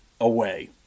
away